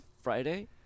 Friday